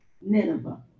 Nineveh